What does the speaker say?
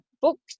book